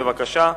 בבקשה.